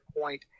point